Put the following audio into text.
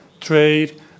trade